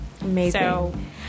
Amazing